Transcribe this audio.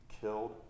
killed